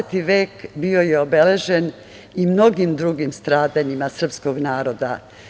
Dvadeseti vek bio je obeležen i mnogim drugim stradanjima srpskog naroda.